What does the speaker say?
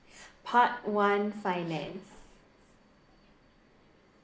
part one finance